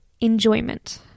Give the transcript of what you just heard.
enjoyment